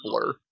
blur